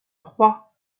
trois